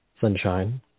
Sunshine